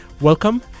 welcome